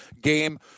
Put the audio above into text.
game